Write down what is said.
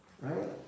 right